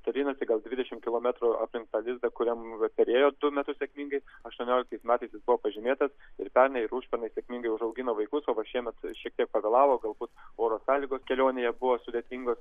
trinasi gal dvidešimt kilometrų aplink tą lizdą kuriam perėjo du metus sėkmingai aštuonioliktais metais jis buvo pažymėtas ir pernai ir užpernai sėkmingai užaugino vaikus o va šiemet šiek tiek pavėlavo galbūt oro sąlygos kelionėje buvo sudėtingos